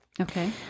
okay